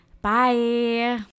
Bye